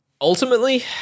ultimately